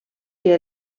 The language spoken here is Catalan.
que